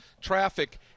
traffic